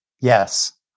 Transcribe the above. yes